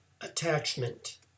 attachment